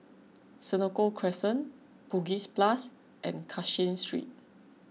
Senoko Crescent Bugis Plus and Cashin Street